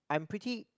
I'm pretty